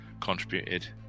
contributed